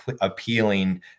appealing